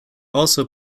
also